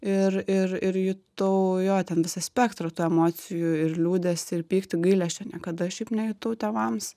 ir ir ir jutau jo ten visą spektrą tų emocijų ir liūdesį ir pyktį gailesčio niekada šiaip nejutau tėvams